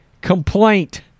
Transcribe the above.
complaint